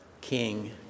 King